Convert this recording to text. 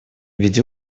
ведь